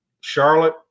Charlotte